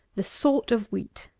the sort of wheat.